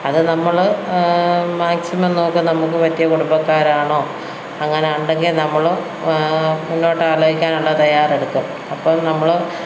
അത് നമ്മള് മാക്സിമം നോക്കും നമുക്ക് പറ്റിയ കുടുംബക്കാരാണോ അങ്ങനെ ഉണ്ടെങ്കിൽ നമ്മള് മുന്നോട്ട് ആലോചിക്കാനുള്ള തയ്യാറെടുക്കും അപ്പോള് നമ്മള്